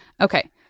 Okay